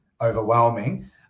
overwhelming